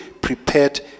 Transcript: prepared